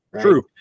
True